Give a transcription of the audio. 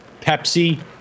Pepsi